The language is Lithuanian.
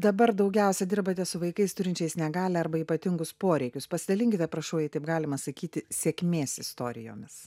dabar daugiausia dirbate su vaikais turinčiais negalę arba ypatingus poreikius pasidalinkite prašau jei taip galima sakyti sėkmės istorijomis